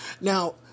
Now